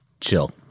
chill